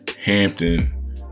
Hampton